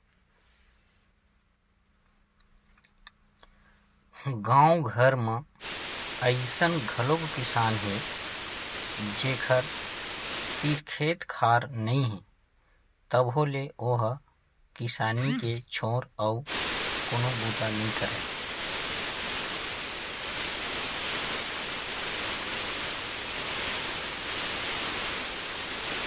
गाँव घर म अइसन घलोक किसान हे जेखर तीर खेत खार नइ हे तभो ले ओ ह किसानी के छोर अउ कोनो बूता नइ करय